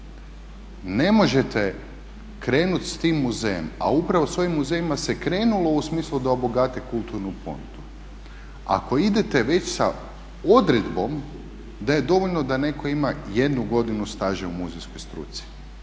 ne možete krenuti s tim muzejom, a upravo sa ovim muzejima se krenulo u smislu da obogate kulturnu ponudu. Ako idete već sa odredbom da je dovoljno da netko ima jednu godinu staža u muzejskoj struci.